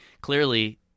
Clearly